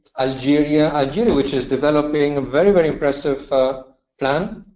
algeria algeria, which is developing very, very impressive plan,